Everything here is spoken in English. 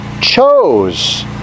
chose